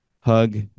hug